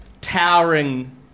towering